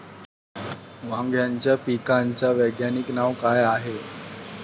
वांग्याच्या पिकाचं वैज्ञानिक नाव का हाये?